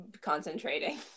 concentrating